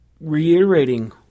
reiterating